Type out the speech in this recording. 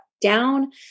down